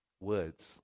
Words